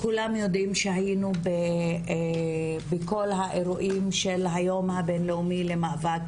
כולם יודעים שהיינו בכל האירועים של היום הבינלאומי למאבק